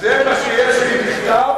יש לי מכתב